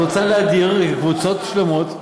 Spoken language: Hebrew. את רוצה להדיר קבוצות שלמות,